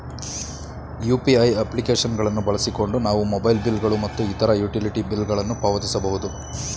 UPI application ಗಳನ್ನು ಬಳಸಿಕೊಂಡು ನಾವು ಮೊಬೈಲ್ ಬಿಲ್ ಗಳು ಮತ್ತು ಇತರ ಯುಟಿಲಿಟಿ ಬಿಲ್ ಗಳನ್ನು ಪಾವತಿಸಬಹುದು